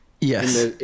Yes